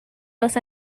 los